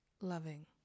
loving